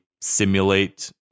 simulate